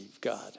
God